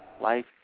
life